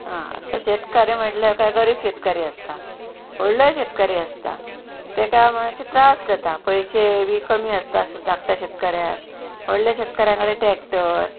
आं आतां शेतकारी म्हटल्यार काय गरीब शेतकरी आसता व्हडलोय शेतकारी आसता तेका मातशें त्रास जाता पयशे बी कमी आसता धाकट्या शेतकऱ्याक व्हडल्या शेतकाऱ्यां कडे ट्रॅक्टर